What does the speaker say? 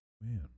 Man